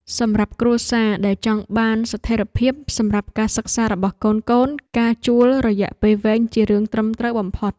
សម្រាប់គ្រួសារដែលចង់បានស្ថិរភាពសម្រាប់ការសិក្សារបស់កូនៗការជួលរយៈពេលវែងជារឿងត្រឹមត្រូវបំផុត។